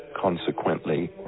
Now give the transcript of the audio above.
Consequently